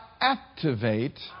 activate